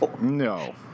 No